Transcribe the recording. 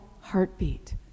heartbeat